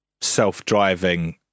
self-driving